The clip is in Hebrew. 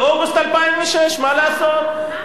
באוגוסט 2006. מה לעשות?